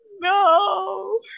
No